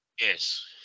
Yes